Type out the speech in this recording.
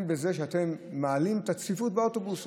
בזה שמעלים את הצפיפות באוטובוס,